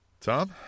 tom